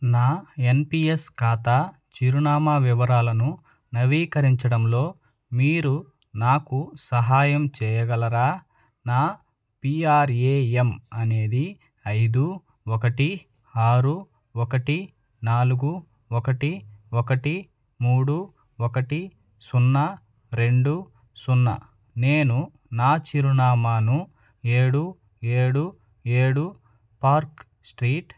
నా ఎన్పీఎస్ ఖాతా చిరునామా వివరాలను నవీకరించడంలో మీరు నాకు సహాయం చేయగలరా నా పీఆర్ఏఎమ్ అనేది ఐదు ఒకటి ఆరు ఒకటి నాలుగు ఒకటి ఒకటి మూడు ఒకటి సున్నా రెండు సున్నా నేను నా చిరునామాను ఏడు ఏడు ఏడు పార్క్ స్ట్రీట్